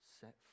set